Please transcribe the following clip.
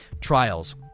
Trials